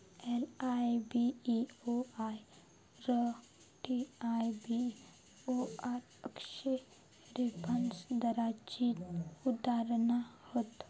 LIBOR, TIBOR अश्ये reference दराची उदाहरणा हत